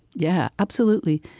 yeah, absolutely,